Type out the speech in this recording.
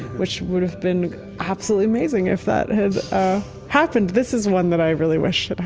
which would have been absolutely amazing if that had happened. this is one that i really wish